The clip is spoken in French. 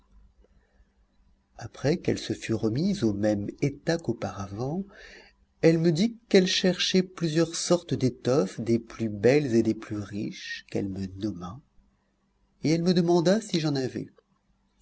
après qu'elle se fut remise au même état qu'auparavant elle me dit qu'elle cherchait plusieurs sortes d'étoffes des plus belles et des plus riches qu'elle me nomma et elle me demanda si j'en avais